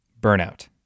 Burnout